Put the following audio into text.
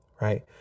Right